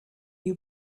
you